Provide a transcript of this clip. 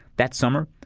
that summer,